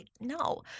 No